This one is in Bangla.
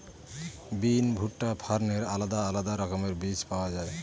বিন, ভুট্টা, ফার্নের আলাদা আলাদা রকমের বীজ পাওয়া যায়